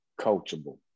coachable